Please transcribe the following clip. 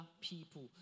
people